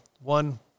one